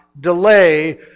delay